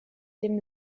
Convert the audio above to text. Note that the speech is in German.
dem